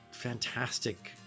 fantastic